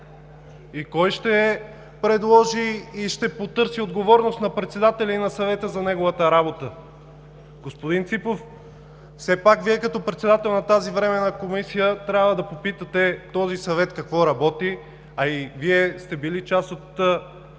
Кой ще предложи и ще потърси отговорност на председателя и на Съвета за неговата работа? Господин Ципов, все пак Вие като председател на тази временна комисия трябва да попитате този съвет какво работи, а и Вие сте били част от